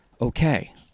Okay